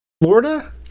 Florida